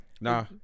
Nah